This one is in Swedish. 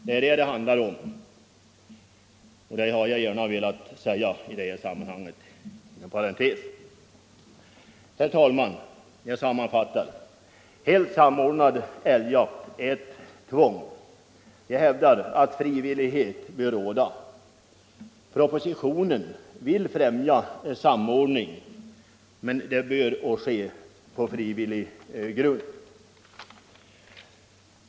Det är jakt det handlar om, och det har jag gärna inom parentes velat säga i det här sammanhanget. Herr talman! Jag sammanfattar: En samordnad älgjakt är ett tvång. Jag hävdar att frivillighet bör råda. Propositionen vill främja samordning, men denna bör ske på frivillig grund.